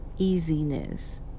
easiness